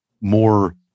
more